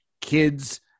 kids